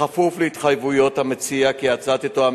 בכפוף להתחייבות המציע כי ההצעה תתואם